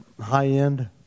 high-end